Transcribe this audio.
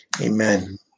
Amen